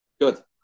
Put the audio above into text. Good